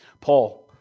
Paul